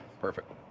Perfect